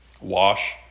Wash